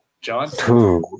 John